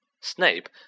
Snape